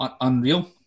unreal